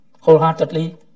wholeheartedly